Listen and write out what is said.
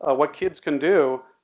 ah what kids can do,